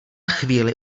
chvíli